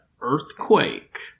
Earthquake